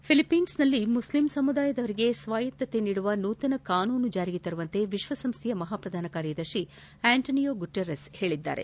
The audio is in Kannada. ಫಿಲಿಫೆನ್ಸ್ನಲ್ಲಿ ಮುಸ್ಲಿಂ ಸಮುದಾಯದವರಿಗೆ ಸ್ವಾಯತತ್ತೆ ನೀಡುವ ನೂತನ ಕಾನೂನನ್ನು ಜಾರಿಗೆ ತರುವಂತೆ ವಿಶ್ವಸಂಸ್ಥೆಯ ಮಹಾ ಪ್ರಧಾನ ಕಾರ್ಯದರ್ಶಿ ಆ್ಯಂಟೋನಿಯೋ ಗುಟೆರ್ರಸ್ ಹೇಳಿದ್ದಾರೆ